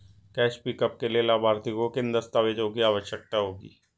Cash pickup के लिए लाभार्थी को किन दस्तावेजों की आवश्यकता होगी?